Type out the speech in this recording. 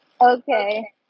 Okay